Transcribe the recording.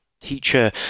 teacher